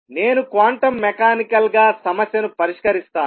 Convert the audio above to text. నేను quantum mechanical గా సమస్యను పరిష్కరిస్తాను